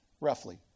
roughly